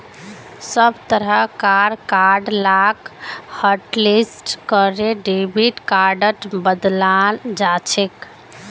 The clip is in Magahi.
सब तरह कार कार्ड लाक हाटलिस्ट करे डेबिट कार्डत बदलाल जाछेक